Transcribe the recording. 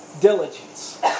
diligence